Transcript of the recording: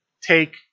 take